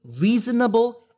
reasonable